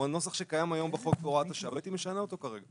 הוא הנוסח שקיים היום בחוק בהוראת השעה ולא הייתי משנה אותו כרגע.